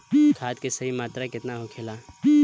खाद्य के सही मात्रा केतना होखेला?